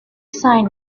sign